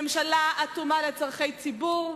ממשלה אטומה לצורכי ציבור,